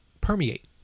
permeate